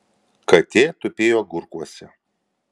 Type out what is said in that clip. katė tupėjo agurkuose